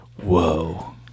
Whoa